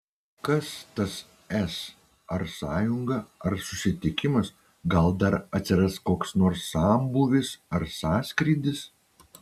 kas tas s ar sąjunga ar susitikimas gal dar atsiras koks nors sambūvis ar sąskrydis